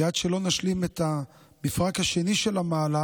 כי עד שלא נשלים את המפרט השני של המהלך,